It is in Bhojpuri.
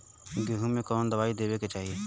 गेहूँ मे कवन दवाई देवे के चाही?